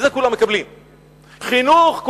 הוא בכבוד הלאומי הבסיסי שלנו.